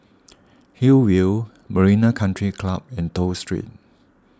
Hillview Marina Country Club and Toh Street